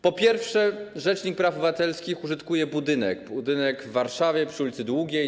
Po pierwsze, rzecznik praw obywatelskich użytkuje budynek w Warszawie przy ul. Długiej.